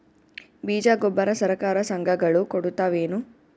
ಬೀಜ ಗೊಬ್ಬರ ಸರಕಾರ, ಸಂಘ ಗಳು ಕೊಡುತಾವೇನು?